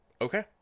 Okay